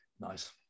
Nice